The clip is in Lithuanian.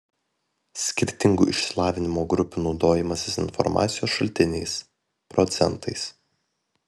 skirtingų išsilavinimo grupių naudojimasis informacijos šaltiniais procentais